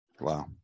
wow